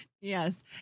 Yes